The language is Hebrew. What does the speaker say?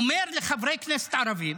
הוא אומר לחברי כנסת ערבים,